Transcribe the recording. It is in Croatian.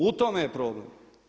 U tome je problem.